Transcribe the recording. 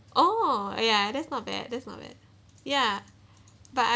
oh ya that's not bad that's not bad ya but